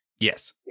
Yes